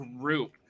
Group